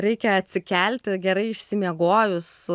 reikia atsikelti gerai išsimiegojus